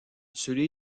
celui